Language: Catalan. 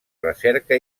recerca